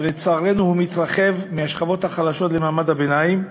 שלצערנו מתרחב, מהשכבות החלשות למעמד הביניים.